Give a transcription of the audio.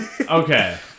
Okay